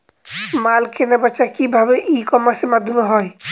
মাল কেনাবেচা কি ভাবে ই কমার্সের মাধ্যমে হয়?